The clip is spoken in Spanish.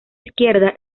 izquierda